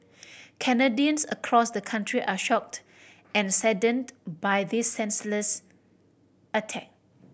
Canadians across the country are shocked and saddened by this senseless attack